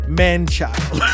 man-child